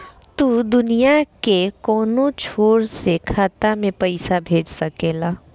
तू दुनिया के कौनो छोर से खाता में पईसा भेज सकेल